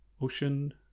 Ocean